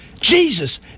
Jesus